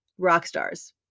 Rockstars